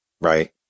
Right